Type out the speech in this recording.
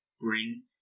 bring